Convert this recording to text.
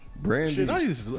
Brandy